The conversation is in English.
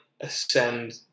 ascend